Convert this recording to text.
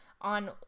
on